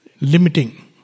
limiting